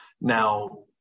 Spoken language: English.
Now